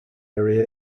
area